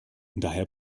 daher